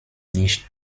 nicht